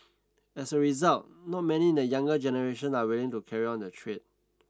as a result not many in the younger generation are willing to carry on the trade